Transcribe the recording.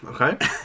Okay